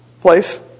place